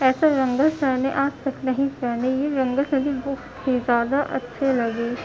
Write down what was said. ایسے بینگلس میں نے آج تک نہیں پہنے یہ بینگلس مجھے بہت ہی زیادہ اچھے لگے